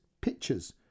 pictures